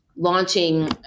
launching